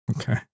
okay